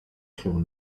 się